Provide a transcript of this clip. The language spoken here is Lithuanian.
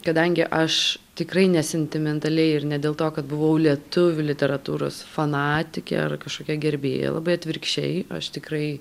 kadangi aš tikrai nesentimentaliai ir ne dėl to kad buvau lietuvių literatūros fanatikė ar kažkokia gerbėja labai atvirkščiai aš tikrai